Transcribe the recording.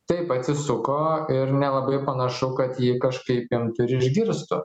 taip atsisuko ir nelabai panašu kad jį kažkaip imtų ir išgirstų